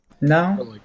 No